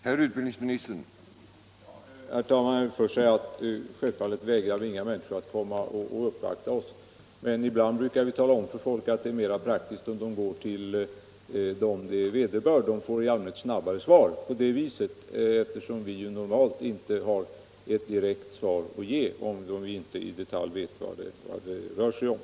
Herr talman! Jag vill först säga att vi inom departementet självfallet inte vägrar några människor att uppvakta oss, men att vi ibland talar om för folk att det är mera praktiskt att gå till dem det vederbör. Man får i allmänhet snabbare svar på det viset, eftersom vi normalt inte har ett svar att ge, om vi inte i detalj vet vad det rör sig om.